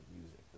music